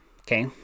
okay